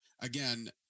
again